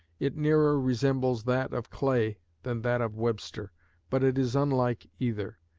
it nearer resembles that of clay than that of webster but it is unlike either.